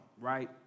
right